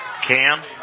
Cam